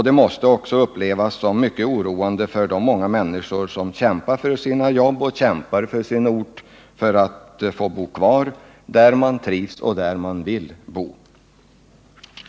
Det måste också upplevas som mycket oroande av de människor som kämpar för sina jobb på den ort där de trivs och vill bo kvar.